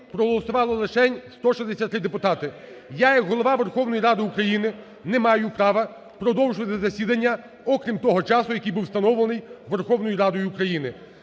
проголосувало лишень 163 депутати. Я як Голова Верховної Ради України не маю права продовжувати засідання, окрім того часу, який був встановлений Верховною Радою України.